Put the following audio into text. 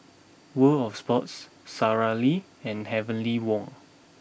World Of Sports Sara Lee and Heavenly Wang